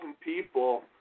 people